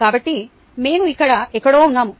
కాబట్టి మేము ఇక్కడ ఎక్కడో ఉన్నాము